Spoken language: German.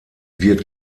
wird